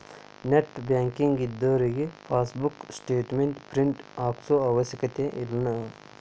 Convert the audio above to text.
net banking ಇದ್ದೋರಿಗೆ passbook statement print ಹಾಕ್ಸೋ ಅವಶ್ಯಕತೆನ ಇಲ್ಲಾ